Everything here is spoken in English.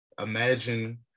imagine